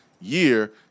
year